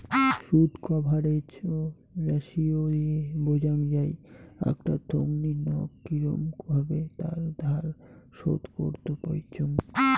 শুধ coverage ratio দিয়ে বোঝাং যাই আকটা থোঙনি নক কিরম ভাবে তার ধার শোধ করত পিচ্চুঙ